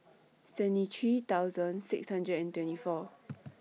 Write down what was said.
seventy three thousand six hundred and twenty four